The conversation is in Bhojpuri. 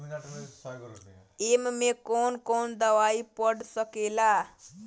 ए में कौन कौन दवाई पढ़ सके ला?